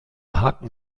haken